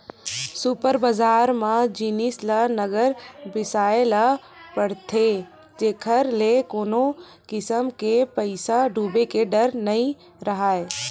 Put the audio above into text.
super बजार म जिनिस ल नगद बिसाए ल परथे जेखर ले कोनो किसम ले पइसा डूबे के डर नइ राहय